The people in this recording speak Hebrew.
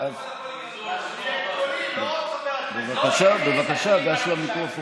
אז גם אני רוצה להשמיע את קולי,